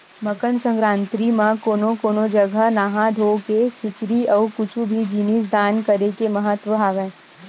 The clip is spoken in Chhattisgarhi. मकर संकरांति म कोनो कोनो जघा नहा धोके खिचरी अउ कुछु भी जिनिस दान करे के महत्ता हवय